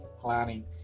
planning